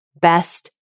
best